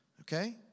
Okay